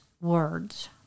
words